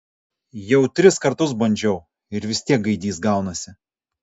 jau tris kartus bandžiau ir vis tiek gaidys gaunasi